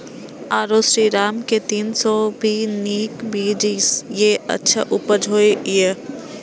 आरो श्रीराम के तीन सौ तीन भी नीक बीज ये अच्छा उपज होय इय?